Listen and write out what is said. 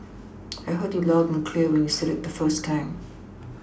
I heard you loud and clear when you said it the first time